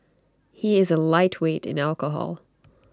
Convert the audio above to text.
he is A lightweight in alcohol